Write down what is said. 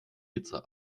hitze